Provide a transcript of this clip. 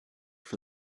for